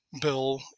bill